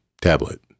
tablet